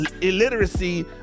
Illiteracy